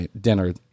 dinner